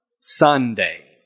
Sunday